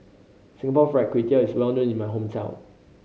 Singapore Fried Kway Tiao is well known in my hometown